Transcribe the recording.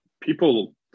people